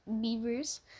Beavers